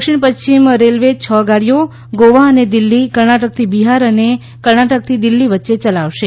દક્ષિણ પશ્ચિમ રેલવે છ ગાડીઓ ગોવા અને દિલ્હી કર્ણાટકથી બિહાર અને કર્ણાટકથી દિલ્ફી વચ્ચે ચલાવશે